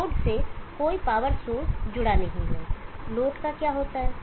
load से कोई power source जुड़ा नहीं है लोड का क्या होता है